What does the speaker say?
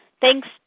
Thanks